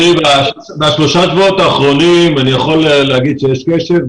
בשלושת השבועות האחרונים אני יכול לומר שיש קשב.